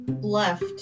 Left